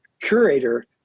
curator